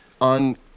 On